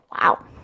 Wow